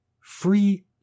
free